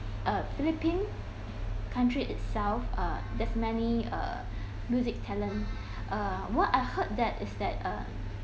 uh philippines country itself uh there's many err music talent uh what I heard that is that uh